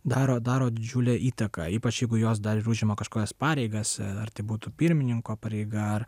daro daro didžiulę įtaką ypač jeigu jos dar ir užima kažkokias pareigas ar tai būtų pirmininko pareiga ar